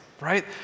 right